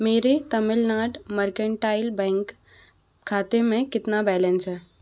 मेरे Tamil Nadu mercantile bank खाते में कितना बैलेंस है